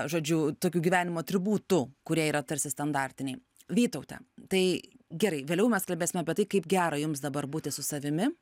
žodžiu tokių gyvenimo atributų kurie yra tarsi standartiniai vytaute tai gerai vėliau mes kalbėsime apie tai kaip gera jums dabar būti su savimi